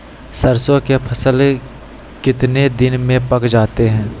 सरसों के फसल कितने दिन में पक जाते है?